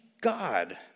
God